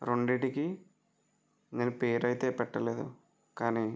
రెండిటికీ నేను పేరైతే పెట్టలేదు కానీ